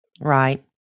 Right